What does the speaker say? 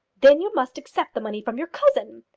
then you must accept the money from your cousin.